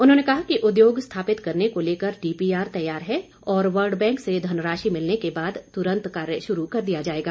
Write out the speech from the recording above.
उन्होंने कहा कि उद्योग स्थापित करने को लेकर डीपीआर तैयार है और वर्ल्ड बैंक से धनराशि मिलने के बाद तुरंत कार्य शुरू कर दिया जाएगा